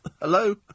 Hello